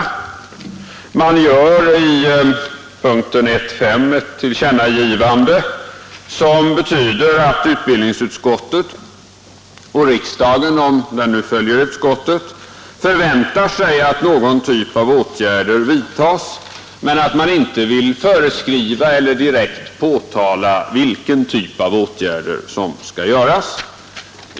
Utskottet gör under punkten 1 mom. 5 ett tillkännagivande, som betyder att utskottet och riksdagen, om den nu följer utskottet, förväntar sig att någon typ av åtgärder vidtas men att man inte vill föreskriva eller direkt påtala vilken typ av åtgärder som skall göras.